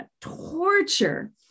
torture